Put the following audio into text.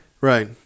Right